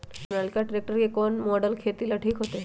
Sonalika tractor के कौन model खेती ला ठीक होतै?